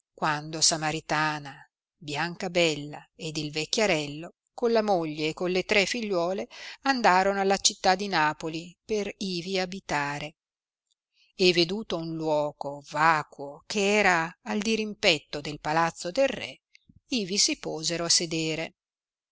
quando samaritana biancabella ed il vecchiarello con la moglie e con le tre figliuole andarono alla città di napoli per ivi abitare e veduto un luogo vacuo che era al dirimpetto del palazzo del re ivi si posero a sedere